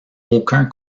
aucun